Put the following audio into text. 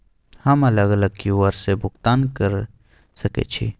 हम अलग अलग क्यू.आर से भुगतान कय सके छि?